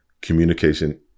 Communication